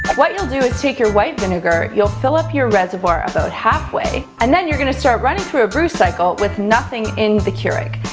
what you'll do is take your white vinegar. you'll fill up your reservoir about halfway, and then you're going to start running through a brew cycle with nothing in the keurig.